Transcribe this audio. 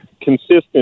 consistent